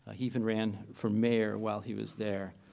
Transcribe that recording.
he even ran for mayor while he was there.